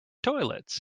toilets